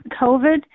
COVID